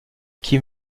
qui